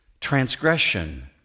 transgression